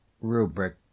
Rubric